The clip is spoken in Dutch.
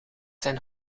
zijn